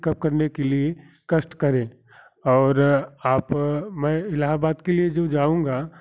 pickup करने के लिए कष्ट करें और आप मैं इलाहाबाद के लिए जो जाऊंगा